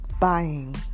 Buying